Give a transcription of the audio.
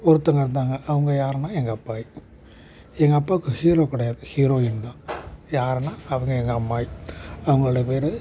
ஒருத்தங்க இருந்தாங்க அவங்க யாருனால் எங்கள் அப்பாயி எங்கள் அப்பாவுக்கு ஹீரோ கிடையாது ஹீரோயின் தான் யாருனால் அவங்க எங்கள் அம்மாயி அவங்களோட பேர்